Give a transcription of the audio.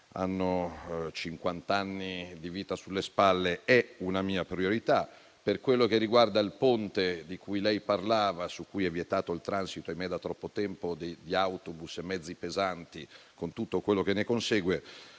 cinquant'anni di vita sulle spalle, è una mia priorità. Per quello che riguarda il ponte di cui lei parlava, su cui è vietato il transito - ahimè da troppo tempo - degli autobus e dei mezzi pesanti, con tutto quello che ne consegue,